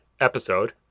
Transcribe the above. episode